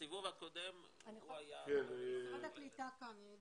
בסיבוב הקודם הוא היה --- משרד הקליטה כאן.